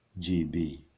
GB